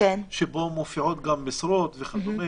שבו מופיעות גם משרות וכדו',